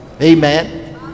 Amen